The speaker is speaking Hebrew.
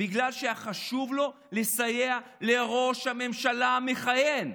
בגלל שהיה חשוב לו לסייע לראש הממשלה המכהן.